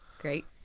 Great